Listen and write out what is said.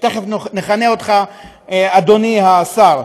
תכף נכנה אותך "אדוני השר",